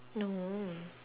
no